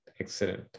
Excellent